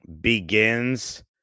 begins